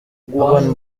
urban